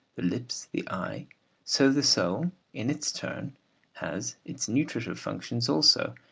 the lips, the eye so the soul in its turn has its nutritive functions also,